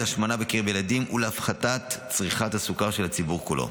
השמנה בקרב ילדים ולהפחתת צריכת הסוכר של הציבור כולו.